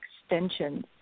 extensions